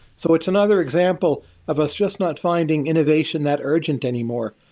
so it's another example of us just not finding innovation that urgent anymore.